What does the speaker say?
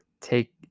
take